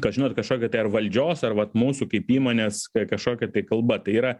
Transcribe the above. kažin ar valdžios ar vat mūsų kaip įmonės kažkokia kalba tai yra